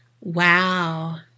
Wow